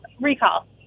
Recall